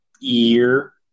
year